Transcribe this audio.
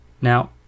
Now